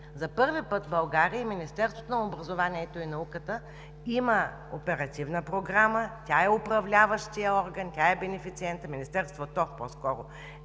За първи път в България и Министерството на науката има оперативна програма, то е управляващият орган, то е бенефициентът, Министерството по-скоро